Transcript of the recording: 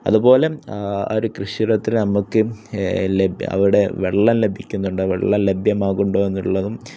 അതുപോലെ ആ ഒരു കൃഷി ഇടത്തിന് നമുക്ക് ലഭ്യ അവിടെ വെള്ളം ലഭിക്കുന്നുണ്ടോ വെള്ളം ലഭ്യമാകുണ്ടോ എന്നുള്ളതും